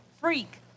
freak